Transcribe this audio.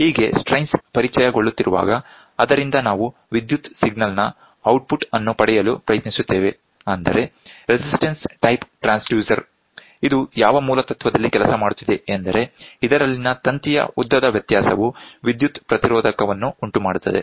ಹೀಗೆ ಸ್ಟ್ರೈನ್ಸ್ ಪರಿಚಯಗೊಳ್ಳುತ್ತಿರುವಾಗ ಅದರಿಂದ ನಾವು ವಿದ್ಯುತ್ ಸಿಗ್ನಲ್ ನ ಔಟ್ಪುಟ್ ಅನ್ನು ಪಡೆಯಲು ಪ್ರಯತ್ನಿಸುತ್ತೇವೆ ಅಂದರೆ ರೆಸಿಸ್ಟೆನ್ಸ್ ಟೈಪ್ ಟ್ರಾನ್ಸ್ಡ್ಯೂಸರ್ ಇದು ಯಾವ ಮೂಲ ತತ್ವದಲ್ಲಿ ಕೆಲಸ ಮಾಡುತ್ತಿದೆ ಎಂದರೆ ಇದರಲ್ಲಿನ ತಂತಿಯ ಉದ್ದದ ವ್ಯತ್ಯಾಸವು ವಿದ್ಯುತ್ ಪ್ರತಿರೋಧಕವನ್ನು ಉಂಟುಮಾಡುತ್ತದೆ